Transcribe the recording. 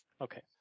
Okay